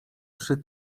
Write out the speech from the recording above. przy